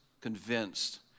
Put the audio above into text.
convinced